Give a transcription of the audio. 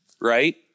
right